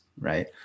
right